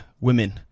women